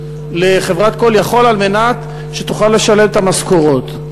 לחברת "call יכול" על מנת שתוכל לשלם את המשכורות.